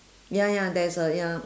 ya ya there is a ya